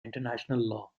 international